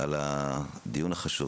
על הדיון החשוב.